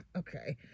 Okay